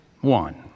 one